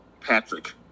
Patrick